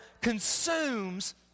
consumes